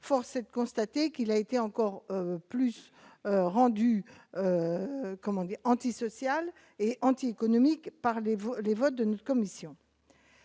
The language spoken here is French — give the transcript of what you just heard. force est de constater qu'il a été encore plus rendu comment antisocial et antiéconomique parlez-vous les votes de notre commission